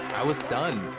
i was stunned.